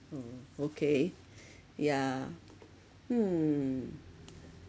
oh okay yeah mm